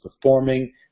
performing